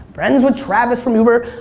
friends with travis from uber.